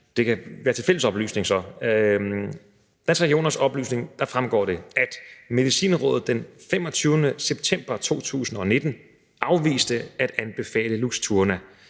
så kan være til fælles oplysning. Af Danske Regioners oplysning fremgår det: Medicinrådet den 25. september 2019 afviste at anbefale Luxturna.